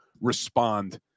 respond